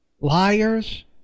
liars